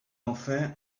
enfin